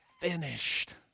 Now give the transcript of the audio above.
finished